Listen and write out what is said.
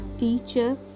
teacher